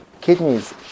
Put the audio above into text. kidneys